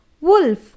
Wolf